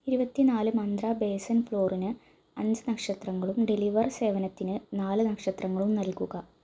ഇരുപത്തി നാല് മന്ത്ര ബേസൻ ഫ്ലോറിന് അഞ്ച് നക്ഷത്രങ്ങളും ഡെലിവർ സേവനത്തിന് നാല് നക്ഷത്രങ്ങളും നൽകുക